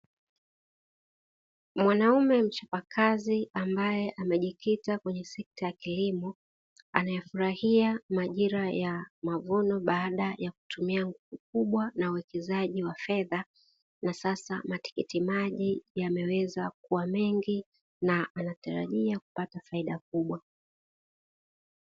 Mwanaume mchapakazi ambaye amejikita kwenye sekta ya kilimo anayefurahia majira ya mavuno baada ya kutumia nguvu kubwa na uwekezaji wa fedha na sasa matikiti maji yameweza kuwa mengi na anatarajia kupata faida kubwa.